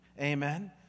Amen